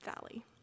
valley